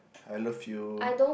I love you